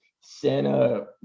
Santa